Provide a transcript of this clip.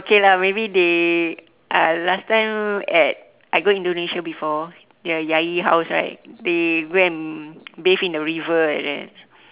K lah maybe they uh last time at I go indonesia before y~ yayi house right they go and bathe in the river like that